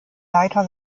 leiter